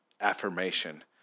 affirmation